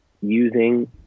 using